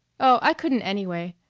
oh, i couldn't, anyway.